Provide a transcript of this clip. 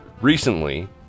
recently